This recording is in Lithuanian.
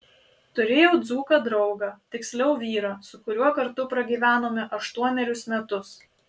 turėjau dzūką draugą tiksliau vyrą su kuriuo kartu pragyvenome aštuonerius metus